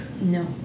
No